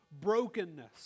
brokenness